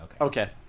Okay